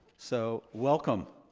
so welcome,